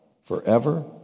forever